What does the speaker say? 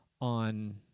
on